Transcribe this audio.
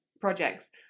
projects